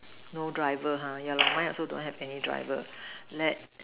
no driver ha the yellow van so don't have any driver let